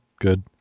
good